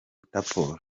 interpol